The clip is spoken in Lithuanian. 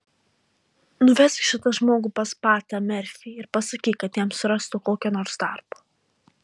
nuvesk šitą žmogų pas patą merfį ir pasakyk kad jam surastų kokio nors darbo